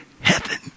heaven